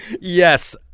Yes